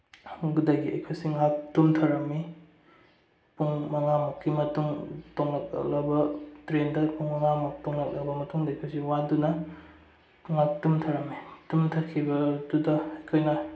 ꯐꯝꯕꯗꯒꯤ ꯑꯩꯈꯣꯏꯁꯦ ꯉꯥꯏꯍꯥꯛ ꯇꯨꯝꯊꯔꯝꯃꯤ ꯄꯨꯡ ꯃꯉꯥꯃꯨꯛꯀꯤ ꯃꯇꯨꯡ ꯇꯨꯝꯃ ꯈꯣꯠꯂꯕ ꯇ꯭ꯔꯦꯟꯗ ꯄꯨꯡ ꯃꯉꯥꯃꯨꯛ ꯇꯨꯝꯃꯛꯂꯕ ꯃꯇꯨꯡꯗ ꯑꯩꯈꯣꯏꯁꯦ ꯋꯥꯗꯨꯅ ꯉꯥꯏꯍꯥꯛ ꯇꯨꯝꯊꯔꯝꯃꯦ ꯇꯨꯝꯊꯈꯤꯕꯗꯨꯗ ꯑꯩꯈꯣꯏꯅ